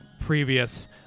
previous